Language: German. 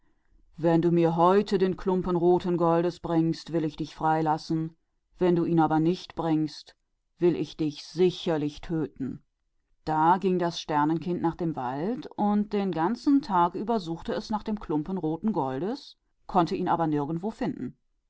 wenn du mir heute das stück roten goldes bringst will ich dich freilassen aber wenn du es nicht bringst werde ich dich wahrlich erschlagen und das sternenkind ging in den wald hinaus und suchte den ganzen tag lang nach dem stück roten goldes konnte es aber nirgends finden